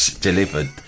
delivered